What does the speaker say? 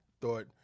thought